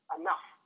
enough